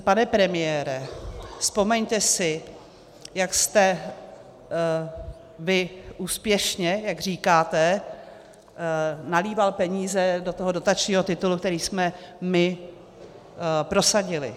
Pane premiére, vzpomeňte si, jak jste úspěšně, jak říkáte, nalíval peníze do dotačního titulu, který jsme prosadili.